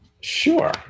Sure